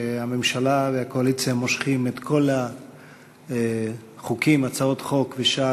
שהממשלה והקואליציה מושכות את כל הצעות החוק ושאר